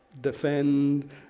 defend